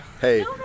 Hey